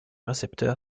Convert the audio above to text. récepteur